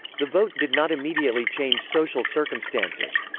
the vote did not immediately change social circumstances.